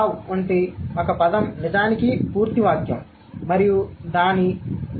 wow వంటి ఒకే పదం నిజానికి పూర్తి వాక్యం మరియు దాని దాని స్వంత భావం